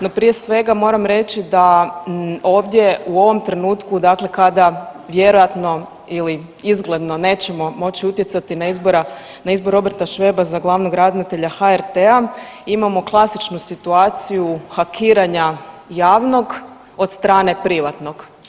No prije svega moram reći da ovdje u ovom trenutku, dakle kada vjerojatno ili izgledno nećemo moći utjecati na izbor Roberta Šveba za glavnog ravnatelja HRT-a imamo klasičnu situaciju hakiranja javnog od strane privatnog.